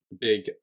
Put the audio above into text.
big